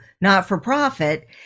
not-for-profit